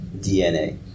DNA